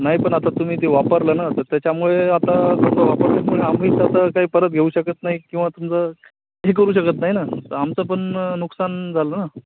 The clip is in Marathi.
नाही पण आता तुम्ही ते वापरलं ना तर त्याच्यामुळे आता तुमचा वापर पण आम्हीच आता काही परत घेऊ शकत नाही किंवा तुमचं हे करू शकत नाही ना आमचं पण नुकसान झालं ना